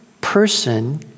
person